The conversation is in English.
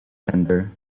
tender